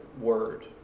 word